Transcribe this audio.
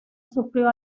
sufrió